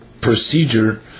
procedure